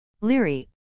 Leary